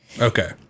okay